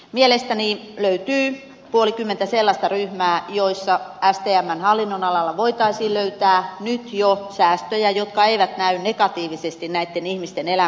mielestäni löytyy puolikymmentä sellaista ryhmää joissa stmn hallinnonalalla voitaisiin löytää nyt jo säästöjä jotka eivät näy negatiivisesti näitten ihmisten elämässä